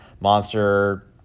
Monster